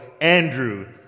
Andrew